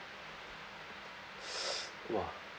!wah!